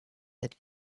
that